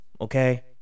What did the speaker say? okay